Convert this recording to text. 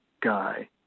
guy